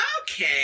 Okay